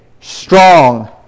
strong